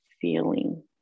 feeling